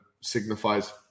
signifies